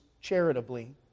charitably